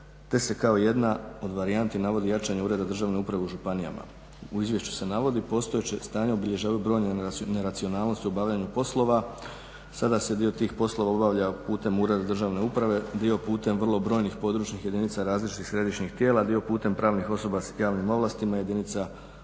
te se kao jedna od varijanti navodi jačanje ureda državne uprave u županijama. U izvješću se navodi, postojeće stanje obilježavaju brojne neracionalnosti u obavljanju poslova, sada se dio tih poslova obavlja putem ureda državne uprave, dio putem vrlo brojnih područnih jedinica različitih središnjih tijela, dio putem pravnih osoba sa javnim ovlastima jedinica lokalne